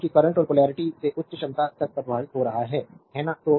क्योंकि current lower potential से उच्च क्षमता तक प्रवाहित हो रहा है है ना